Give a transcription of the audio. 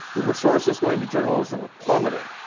the resources going to journalism have plummeted.